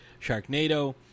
Sharknado